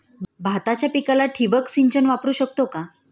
भाताच्या पिकाला ठिबक सिंचन वापरू शकतो का?